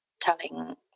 telling